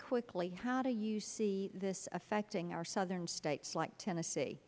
quickly how do you see this affecting our southern states like tennessee